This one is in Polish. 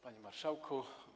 Panie Marszałku!